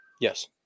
Yes